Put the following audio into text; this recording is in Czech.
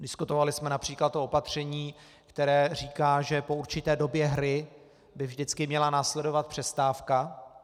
Diskutovali jsme např. o opatření, které říká, že po určité době hry by vždycky měla následovat přestávka.